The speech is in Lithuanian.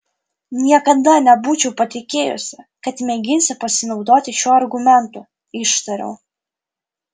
niekada nebūčiau patikėjusi kad mėginsi pasinaudoti šiuo argumentu ištariau